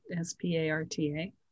S-P-A-R-T-A